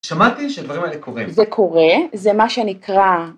‫שמעתי שדברים האלה קורים. ‫-זה קורה, זה מה שנקרא...